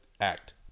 act